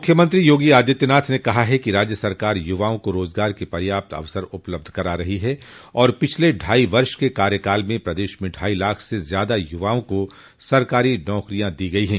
मुख्यमंत्री योगी आदित्यनाथ ने कहा है कि राज्य सरकार युवाओं को रोजगार के पर्याप्त अवसर उपलब्ध करा रही और पिछले ढाई वर्ष के कार्यकाल में प्रदेश में ढाई लाख से ज्यादा युवाओं को सरकारी नौकरी दी गयी है